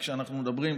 וכשאנחנו מדברים,